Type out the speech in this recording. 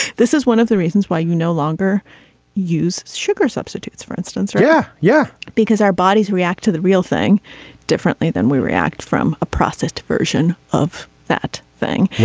this is one of the reasons why you no longer use sugar substitutes for instance. yeah yeah. because our bodies react to the real thing differently than we react from a processed version of that thing.